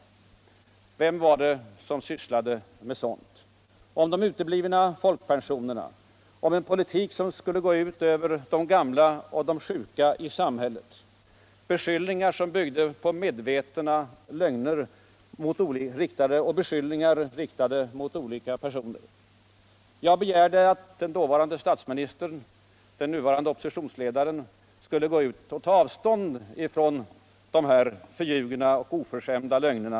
Vem var det som sysslade med sådant - om de uteblivna folkpensionerna, om en poliuk som skulle gå ut över de gamla och sjuka i samhället. beskyllningar som byggde på medvetna fögner och beskyllningar riktade mot olika personer? Jag begärde att den dåvarande statsministern — den nuvarande oppositionsledaren — skulle gå ut och 1a avstånd från dessa förljugna och oförskämda lögner.